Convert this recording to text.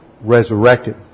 resurrected